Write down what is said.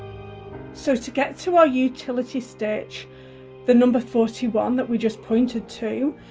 so to get to our utility stitch the number forty one that, we just pointed to,